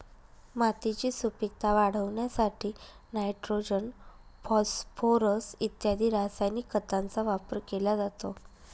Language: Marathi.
मातीची सुपीकता वाढवण्यासाठी नायट्रोजन, फॉस्फोरस इत्यादी रासायनिक खतांचा वापर केला जातो